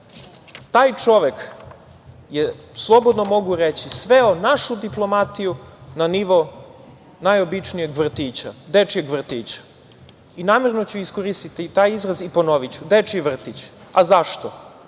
Taj čovek je, slobodno mogu reći, sveo našu diplomatiju na nivo najobičnijeg vrtića, dečijeg vrtića. Namerno ću iskoristiti taj izraz i ponoviću, dečiji vrtić. Zašto? Pa,